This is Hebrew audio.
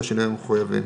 בשינויים המחויבים.